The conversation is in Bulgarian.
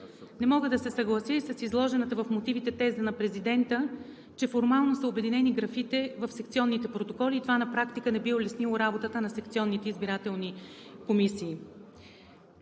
Не мога да се съглася и с изложената в мотивите теза на президента, че формално са обединени графите в секционните протоколи и това на практика не би улеснило работата на секционните избирателни комисии.